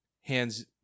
hands